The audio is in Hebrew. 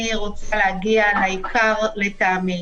אני רוצה להגיע לעיקר לטעמי.